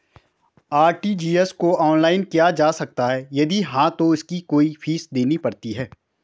RTGS को online किया जा सकता है यदि हाँ तो इसकी कोई फीस देनी पड़ती है?